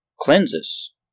cleanses